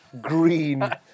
green